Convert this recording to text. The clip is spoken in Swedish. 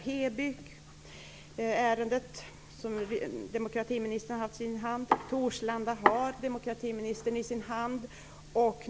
Hebyärendet har demokratiministern haft i sin hand vid liksom också Torslandaärendet.